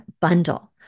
bundle